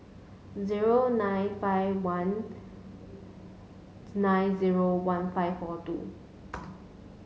zero nine five one nine zero one five four two